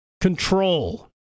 Control